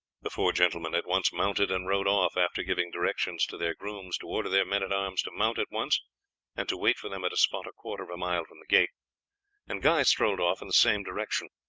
the four gentlemen at once mounted and rode off after giving directions to their grooms to order their men-at-arms to mount at once and to wait for them at a spot a quarter of a mile from the gate and guy strolled off in the same direction.